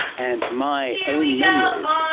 and my own memories,